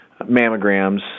mammograms